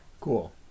Cool